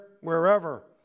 wherever